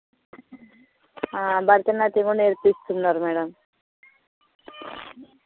భరతనాట్యం నేర్పిస్తున్నారు మేడమ్